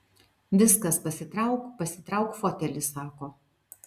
viskas pasitrauk pasitrauk fotelį sako